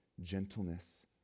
gentleness